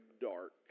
dark